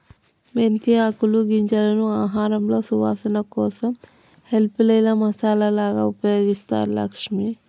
మెంతి ఆకులు గింజలను ఆహారంలో సువాసన కోసం హెల్ప్ లేదా మసాలాగా ఉపయోగిస్తారు లక్ష్మి